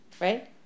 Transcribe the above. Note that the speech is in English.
right